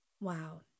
Wow